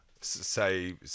Say